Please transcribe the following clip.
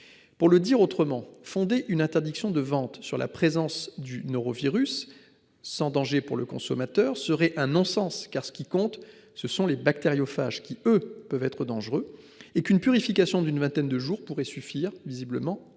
pour le dire autrement, fonder une interdiction de vente sur la présence du norovirus. Sans danger pour le consommateur serait un non-sens car ce qui compte ce sont les bactériophages qui eux peuvent être dangereux et qu'une purification d'une vingtaine de jours pourrait suffire visiblement à éliminer.